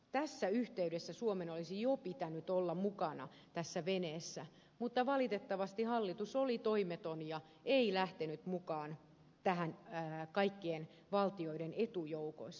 tässä yhteydessä suomen olisi jo pitänyt olla mukana tässä veneessä mutta valitettavasti hallitus oli toimeton ja ei lähtenyt mukaan tähän kaikkien valtioiden etujoukoissa